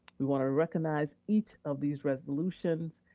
we wanna recognize each of these resolutions